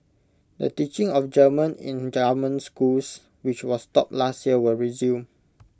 the teaching of German in government schools which was stopped last year will resume